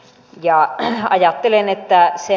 ja ajattelin että se